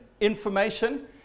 information